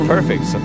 perfect